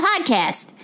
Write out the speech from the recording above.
podcast